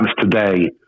today